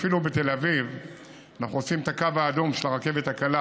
אפילו בתל אביב אנחנו עושים את הקו האדום של הרכבת הקלה